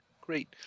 Great